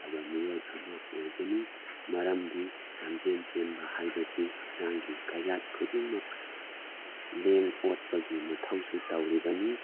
ꯐꯖꯕ ꯃꯤꯑꯣꯏ ꯑꯃ ꯑꯣꯏꯒꯅꯤ ꯃꯔꯝꯗꯤ ꯂꯝꯖꯦꯟ ꯆꯦꯟꯕ ꯍꯥꯏꯕꯁꯤ ꯍꯛꯆꯥꯡꯒꯤ ꯀꯌꯥꯠ ꯈꯨꯗꯤꯡꯃꯛ ꯂꯦꯡ ꯑꯣꯠꯄꯒꯤ ꯃꯊꯧꯁꯨ ꯇꯧꯔꯤꯕꯅꯤ